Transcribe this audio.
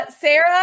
Sarah